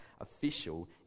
official